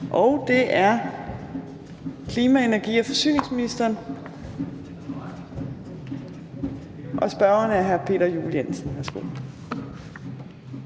og det er klima-, energi- og forsyningsministeren, og spørgeren er hr. Peter Juel-Jensen.